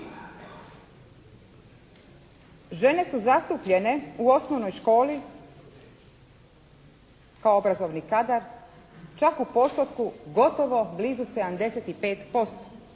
Žene su zastupljene u osnovnoj školi kao obrazovni kadar čak u postotku gotovo blizu 75%.